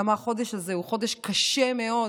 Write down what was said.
כמה חודש הזה הוא חודש קשה מאוד